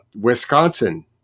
Wisconsin